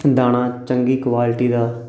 ਦਾਣਾ ਚੰਗੀ ਕੁਆਲਿਟੀ ਦਾ